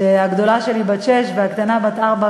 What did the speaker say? הגדולה שלי בת שש והקטנה בת ארבע,